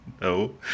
No